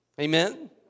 Amen